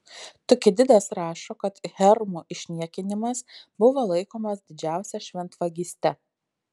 tukididas rašo kad hermų išniekinimas buvo laikomas didžiausia šventvagyste